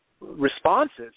responses